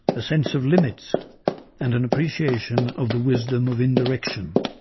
a sense of limits and an appreciation of the wisdom of indirection,